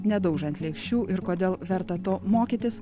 nedaužant lėkščių ir kodėl verta to mokytis